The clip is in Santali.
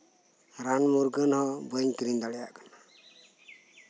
ᱨᱟᱱ ᱢᱩᱨᱜᱟᱹᱱ ᱦᱚᱸ ᱵᱟᱹᱧ ᱠᱤᱨᱤᱧ ᱫᱟᱲᱮᱭᱟᱜ ᱠᱟᱱᱟ